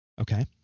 Okay